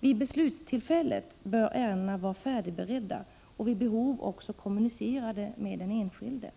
Vid beslutstillfället bör ärendena vara färdigberedda och vid behov också ”kommunicerade” med den enskilde.